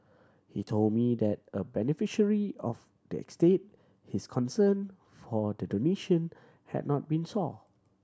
he told me that a beneficiary of the estate his consent for the donation had not been sought